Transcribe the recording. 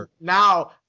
now